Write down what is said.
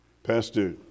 Pastor